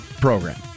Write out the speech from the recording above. program